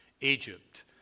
Egypt